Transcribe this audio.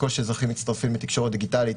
ככל שאזרחים מצטרפים לתקשורת דיגיטלית,